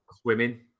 Swimming